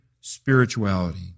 spirituality